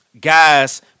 Guys